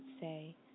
say